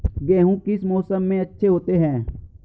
गेहूँ किस मौसम में अच्छे होते हैं?